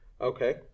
Okay